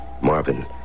Marvin